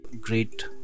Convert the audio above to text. great